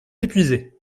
épuisée